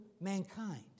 mankind